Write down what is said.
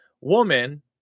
woman